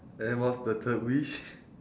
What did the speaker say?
then what's the third wish